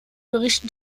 berichten